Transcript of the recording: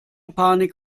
panik